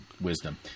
wisdom